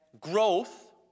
growth